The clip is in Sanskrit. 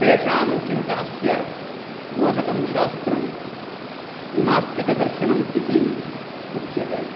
तेषां चिन्तनस्य बोधकं शास्त्रं नास्तिकदर्शनम् इति उच्यते